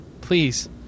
Please